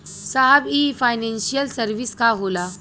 साहब इ financial service का होला?